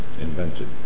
invented